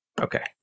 Okay